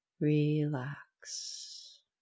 relax